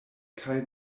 kaj